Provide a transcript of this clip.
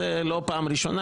זו לא הייתה הפעם הראשונה,